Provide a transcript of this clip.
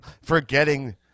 forgetting